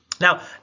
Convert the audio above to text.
Now